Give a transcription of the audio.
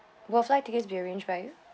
will our flight tickets be arranged by you